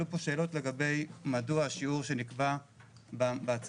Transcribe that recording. עלו פה שאלות לגבי מדוע השיעור שנקבע בהצעת